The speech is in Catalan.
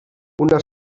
una